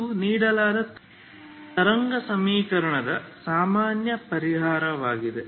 ಇದು ನೀಡಲಾದ ತರಂಗ ಸಮೀಕರಣದ ನಿಮ್ಮ ಸಾಮಾನ್ಯ ಪರಿಹಾರವಾಗಿದೆ